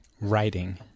Writing